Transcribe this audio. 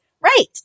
Right